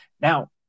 Now